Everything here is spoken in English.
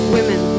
Women